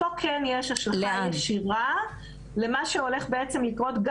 פה כן יש השלכה ישירה למה שהולך בעצם לקרות,